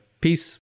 Peace